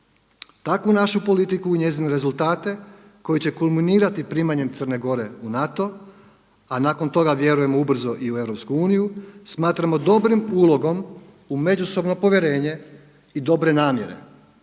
Takvu našu politiku u njezine rezultate koji će kulminirati primanjem Crne Gore u NATO, a nakon toga vjerujemo ubrzo i u EU, smatramo dobrim ulogom u međusobno povjerenje i dobre namjere